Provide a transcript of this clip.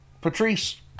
Patrice